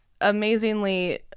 amazingly